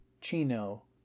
Chino